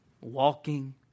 walking